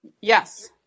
Yes